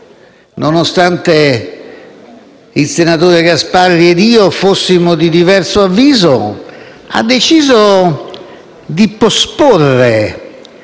nonostante io e il senatore Gasparri fossimo di diverso avviso, ha deciso di posporre